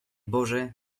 boże